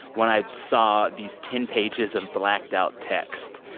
when i saw these ten pages of blacked-out text,